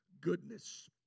goodness